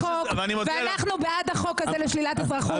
ואנחנו בעד החוק הזה לשלילת אזרחות